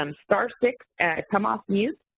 um star six, come off mute,